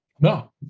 No